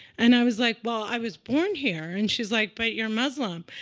and i was like, well, i was born here. and she's like, but you're muslim.